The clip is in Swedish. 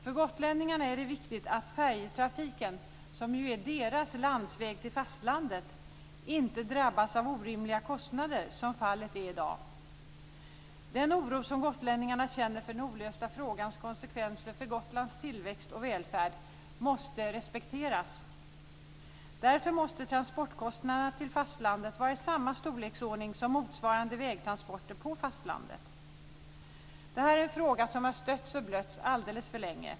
För gotlänningarna är det viktigt att färjetrafiken, som är deras "landsväg" till fastlandet, inte drabbas av de orimliga kostnader som fallet är i dag. Den oro som gotlänningarna känner för den olösta frågans konsekvenser för Gotlands tillväxt och välfärd måste respekteras. Därför måste transportkostnaderna till fastlandet vara i samma storleksordning som motsvarande vägtransporter på fastlandet. Det är en fråga som har stötts och blötts alltför länge.